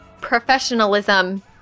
Professionalism